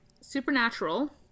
Supernatural